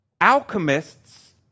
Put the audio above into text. Alchemists